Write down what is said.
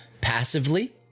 passively